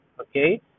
okay